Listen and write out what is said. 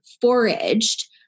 foraged